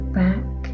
back